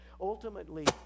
Ultimately